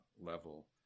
level